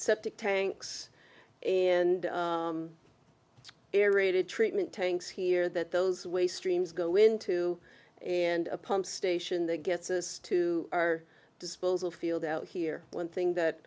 septic tanks and air rated treatment tanks here that those waste streams go into and a pump station that gets us to our disposal field out here one thing